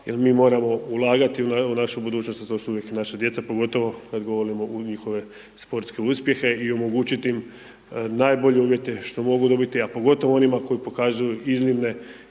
jer mi moramo ulagati u našu budućnost, a to su uvijek naša djeca, pogotovo kad govorimo u njihove sportske uspjehe i omogućiti im najbolje uvjete što mogu dobiti, a pogotovo onima koji pokazuju iznimne